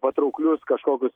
patrauklius kažkokius